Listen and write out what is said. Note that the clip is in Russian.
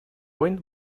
войн